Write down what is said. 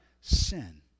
sin